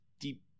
deep